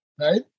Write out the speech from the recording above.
right